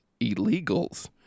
illegals